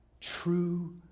true